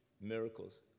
miracles